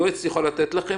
נכון.